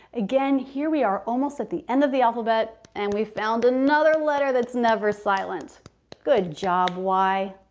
again here we are almost at the end of the alphabet and we found another letter that's never silent good job y.